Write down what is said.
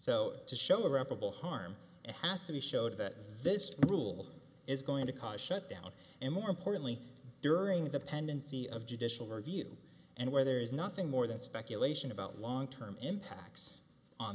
so to show reparable harm it has to be showed that this rule is going to cause shutdown and more importantly during the pendency of judicial review and where there is nothing more than speculation about long term impacts on